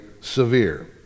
severe